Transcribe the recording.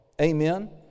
Amen